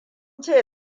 ce